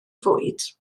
fwyd